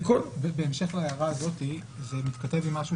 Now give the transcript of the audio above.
בהמשך להערה הזאת, זה מתכתב עם משהו